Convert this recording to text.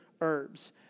herbs